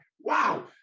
wow